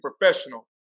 professional